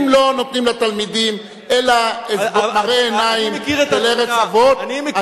אם לא נותנים לתלמידים אלא הסברים של ארץ אבות,